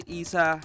isa